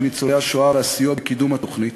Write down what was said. ניצולי השואה והסיוע בקידום התוכנית.